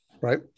Right